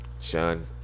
sean